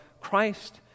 Christ